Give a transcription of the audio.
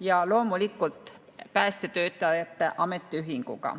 ja loomulikult päästetöötajate ametiühinguga.